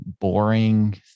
boring